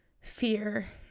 Fear